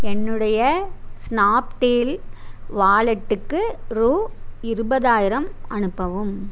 என்னுடைய ஸ்னாப்டீல் வாலெட்டுக்கு ரூபா இருபதாயிரம் அனுப்பவும்